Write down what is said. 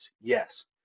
Yes